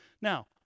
Now